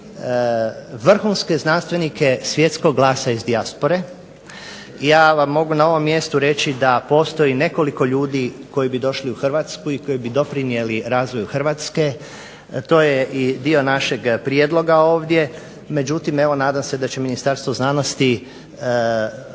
vrhunske znanstvenike svjetskog glasa iz dijaspore. Ja vam mogu na ovom mjestu reći da postoji nekoliko ljudi koji bi došli u Hrvatsku i koji bi doprinijeli razvoju Hrvatske. To je i dio našeg prijedloga ovdje. Međutim, evo nadam se da će Ministarstvo znanosti